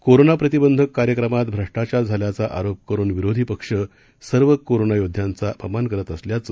कोरोनाप्रतिबंधक कार्यक्रमात भ्रष्टाचार झाल्याचा आरोप करून विरोधी पक्ष सर्व कोरोना योद्ध्यांचा अपमान करत असल्याचं